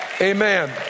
Amen